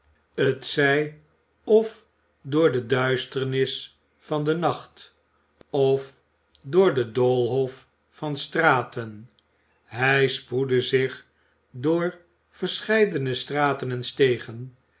t zij öf door de duisternis van den nacht öf door den doolhof van straten hij spoedde zich door verscheidene straten en stegen